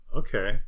okay